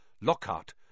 Lockhart